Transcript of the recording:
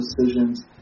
decisions